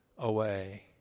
Away